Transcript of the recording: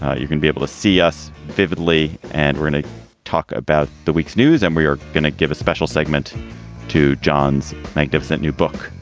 ah you can be able to see us vividly. and we're gonna talk about the week's news. and we are going to give a special segment to jon's magnificent new book.